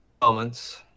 Moments